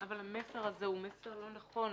אבל המסר הזה הוא מסר לא נכון.